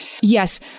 yes